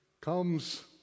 comes